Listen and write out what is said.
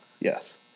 Yes